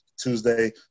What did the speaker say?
Tuesday